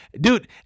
Dude